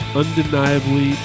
undeniably